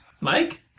Mike